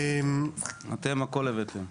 אתם הכל הבאתם.